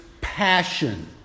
passion